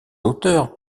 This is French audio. auteurs